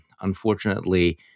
unfortunately